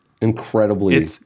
Incredibly